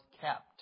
kept